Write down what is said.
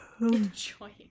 Enjoying